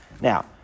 Now